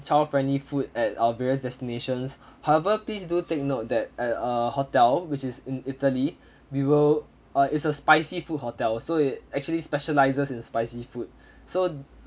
child-friendly food at our various destinations however please do take note that at uh hotel which is in italy we will uh it's a spicy food hotel so it actually specializes in spicy food so